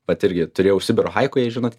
vat irgi turėjau sibiro haiku jei žinot